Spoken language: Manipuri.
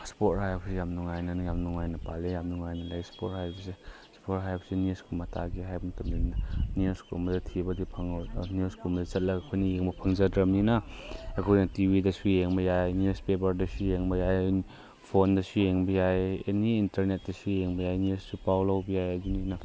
ꯁ꯭ꯄꯣꯔꯠ ꯍꯥꯏꯕꯁꯤ ꯌꯥꯝ ꯅꯨꯡꯉꯥꯏꯅ ꯌꯥꯝ ꯅꯨꯡꯉꯥꯏꯅ ꯄꯥꯜꯂꯤ ꯌꯥꯝ ꯅꯨꯡꯉꯥꯏꯅ ꯂꯩ ꯁ꯭ꯄꯣꯔꯠ ꯍꯥꯏꯕꯁꯦ ꯁ꯭ꯄꯣꯔꯠ ꯍꯥꯏꯕꯁꯤ ꯅꯤꯎꯁꯀꯨꯝꯕ ꯇꯥꯒꯦ ꯍꯥꯏꯕ ꯃꯇꯝꯗ ꯅꯤꯎꯁꯀꯨꯝꯕꯗ ꯊꯤꯕꯗꯤ ꯐꯪꯉꯣꯏ ꯅꯤꯎꯁꯀꯨꯝꯕꯗ ꯆꯠꯂꯒ ꯑꯩꯈꯣꯏꯅ ꯌꯦꯡꯕ ꯐꯪꯖꯗ꯭ꯔꯕꯅꯤꯅ ꯑꯩꯈꯣꯏꯅ ꯇꯤꯕꯤꯗꯁꯨ ꯌꯥꯡꯕ ꯌꯥꯏ ꯅꯤꯎꯁꯄꯦꯄꯔꯗꯁꯨ ꯌꯦꯡꯕ ꯌꯥꯏ ꯐꯣꯟꯗꯁꯨ ꯌꯦꯡꯕ ꯌꯥꯏ ꯑꯦꯅꯤ ꯏꯟꯇꯔꯅꯦꯠꯇꯁꯨ ꯌꯦꯡꯕ ꯌꯥꯏ ꯅꯤꯎꯁꯀꯤ ꯄꯥꯎ ꯂꯧꯕ ꯌꯥꯏ ꯑꯗꯨꯅ